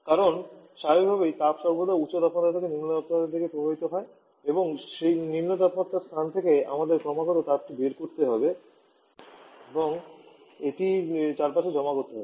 কারণ স্বাভাবিকভাবেই তাপ সর্বদা উচ্চ তাপমাত্রা থেকে নিম্ন তাপমাত্রায় প্রবাহিত হয় এবং তাই নিম্ন তাপমাত্রার স্থান থেকে আমাদের ক্রমাগত তাপটি বের করতে হয় এবং এটি চারপাশে জমা করতে হয়